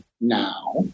now